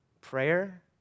prayer